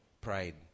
pride